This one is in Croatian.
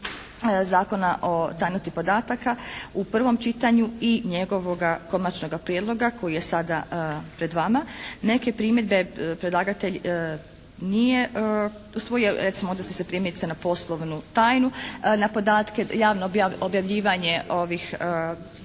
Zakona o tajnosti podataka u prvom čitanju i njegovoga konačnoga prijedloga koji je sada pred vama. Neke primjedbe predlagatelj nije usvojio. Recimo odnosi se primjerice na poslovnu tajnu, na podatke, javno objavljivanje ovih podzakonskih